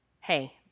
hey